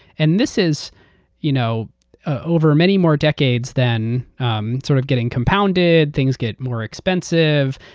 and this is you know over many more decades than um sort of getting compounded. things get more expensive.